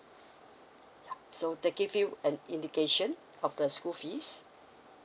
ya so they give you an indication of the school fees